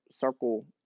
circle